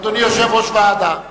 אדוני יושב-ראש ועדת הכנסת.